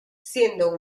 siendo